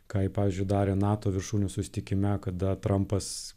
ką ji pavyzdžiui darė nato viršūnių susitikime kada trampas